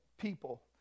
people